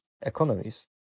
economies